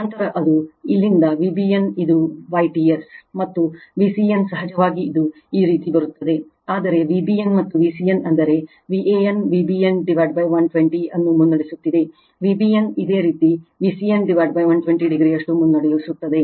ನಂತರ ಅದು ಇಲ್ಲಿಂದ Vbn ಇದು Yts ಮತ್ತು Vcn ಸಹಜವಾಗಿ ಇದು ಈ ರೀತಿ ಬರುತ್ತದೆ ಆದರೆ Vbn ಮತ್ತು Vcn ಅಂದರೆ Van Vbn 120 ಅನ್ನು ಮುನ್ನಡೆಸುತ್ತಿದೆ Vbn ಇದೇ ರೀತಿVcn 120 o ಅಷ್ಟು ಮುನ್ನಡೆಸುತ್ತದೆ